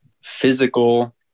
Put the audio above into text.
physical